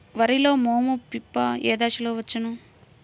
వరిలో మోము పిప్పి ఏ దశలో వచ్చును?